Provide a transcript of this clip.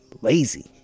lazy